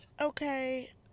Okay